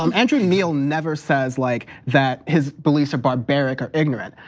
um andrew neil never says like that his beliefs are barbaric or ignorant.